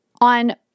on